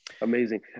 Amazing